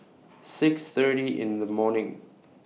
six thirty in The morning